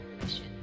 mission